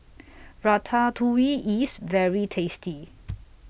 Ratatouille IS very tasty